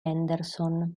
anderson